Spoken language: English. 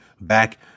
back